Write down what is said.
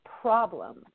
problem